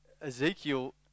Ezekiel